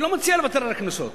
אני לא מציע לוותר על הקנסות.